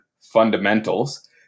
Fundamentals